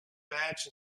badge